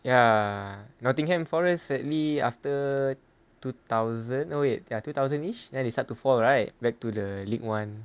ya nottingham forest sadly after two thousand oh eight ya two thousand eight then they start to fall right back to the league [one]